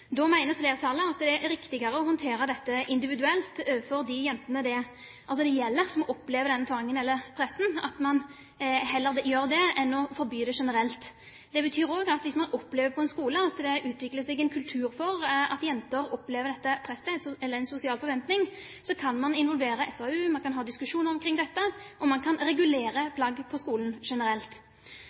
Da mener flertallet at det er riktigere å håndtere dette individuelt når det gjelder de jentene som opplever den tvangen, det presset, enn å forby det generelt. Det betyr også at hvis man på en skole opplever at det utvikler seg en kultur for at jenter opplever dette presset, eller en sosial forventning, kan man involvere FAU, man kan ha diskusjoner omkring dette, og man kan regulere bruken av plagg på skolen generelt.